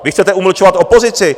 Vy chcete umlčovat opozici.